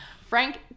Frank